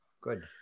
Good